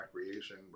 recreation